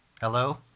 Hello